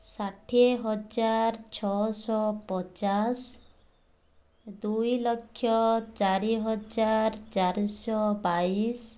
ଷାଠିଏହଜାର ଛଅଶହ ପଚାଶ ଦୁଇଲକ୍ଷ ଚାରିହଜାର ଚାରିଶହ ବାଇଶ